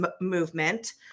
movement